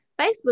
Facebook